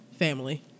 family